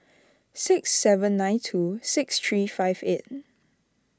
six seven nine two six three five eight